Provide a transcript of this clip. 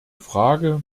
frage